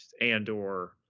Andor